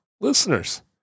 listeners